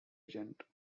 agent